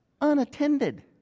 unattended